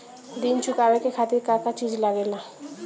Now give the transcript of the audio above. ऋण चुकावे के खातिर का का चिज लागेला?